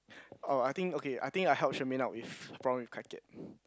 oh I think okay I think I help Shermaine out with problem with Kai-Kiat